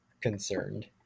concerned